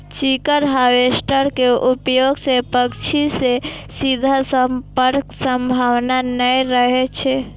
chicken harvester के उपयोग सं पक्षी सं सीधा संपर्कक संभावना नै रहै छै